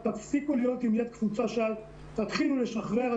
תפסיקו להיות עם יד קפוצה, שי, תתחילו לשחרר.